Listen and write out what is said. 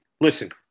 listen